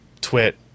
Twit